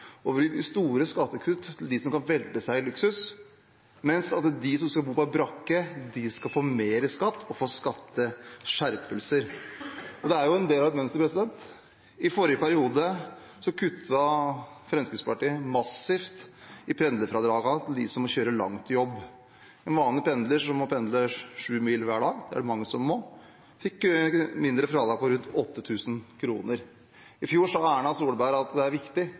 over å gi store skattekutt til dem som kan velte seg i luksus, mens de som skal bo på brakke, skal få mer skatt og få skatteskjerpelser. Dette er jo en del av et mønster. I forrige periode kuttet Fremskrittspartiet massivt i pendlerfradragene til dem som kjører langt til jobb. En vanlig pendler som må pendle sju mil hver dag – det er det mange som må – fikk mindre fradrag, rundt 8 000 kr. I fjor sa Erna Solberg at når det er et tøffere arbeidsmarked, er det viktig